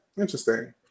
interesting